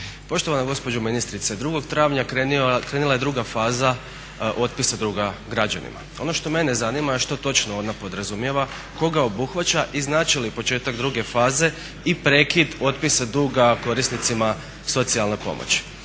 Poštovana gospođo ministrice, 2.travnja krenula je druga faza otpisa duga građanima. Ono što mene zanima je što točno ona podrazumijeva, koga obuhvaća i znači li početak druge faze i prekid otpisa duga korisnicima socijalne pomoći?